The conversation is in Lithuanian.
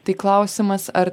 tai klausimas ar